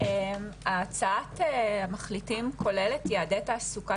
הצעת המחליטים כוללת יעדי תעסוקה